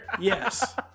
Yes